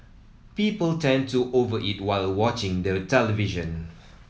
people tend to over eat while watching the television